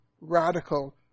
radical